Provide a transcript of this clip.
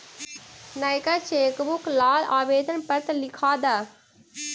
नएका चेकबुक ला आवेदन पत्र लिखा द